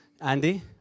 Andy